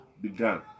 began